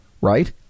right